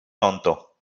tonto